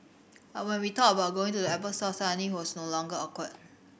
but when we thought about going to the Apple store suddenly he was no longer awkward